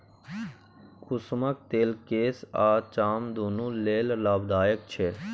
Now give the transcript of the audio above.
कुसुमक तेल केस आ चाम दुनु लेल लाभदायक छै